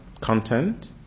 content